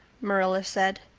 marilla said.